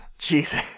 Jesus